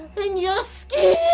and your skiiiiiiiiiiin.